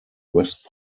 west